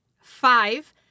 Five